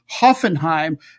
Hoffenheim